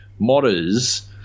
modders